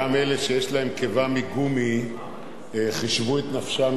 גם אלה שיש להם קיבה מגומי חישבו את נפשם